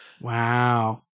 Wow